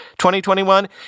2021